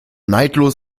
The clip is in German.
neidlos